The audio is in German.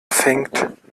fängt